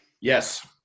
Yes